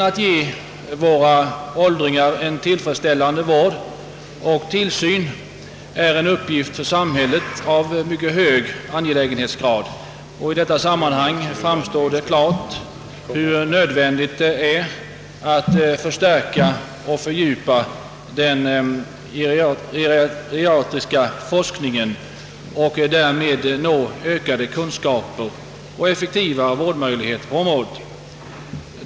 Att ge våra åldringar en tillfredsställande vård och tillsyn är en uppgift för samhället av mycket hög angelägenhetsgrad. I detta sammanhang framstår det klart hur nödvändigt det är att förstärka och fördjupa den geriatriska forskningen och därmed nå ökade kunskaper och effektivare vårdmöjligheter på detta område.